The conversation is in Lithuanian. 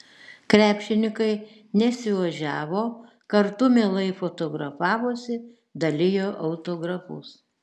krepšininkai nesiožiavo kartu mielai fotografavosi dalijo autografus